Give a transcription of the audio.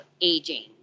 aging